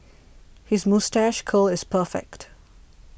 his moustache curl is perfect